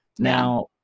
Now